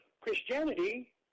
Christianity